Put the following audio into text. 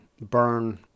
burn